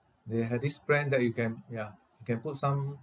they have this plan that you can ya you can put some